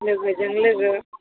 लोगोजों लोगो